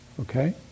Okay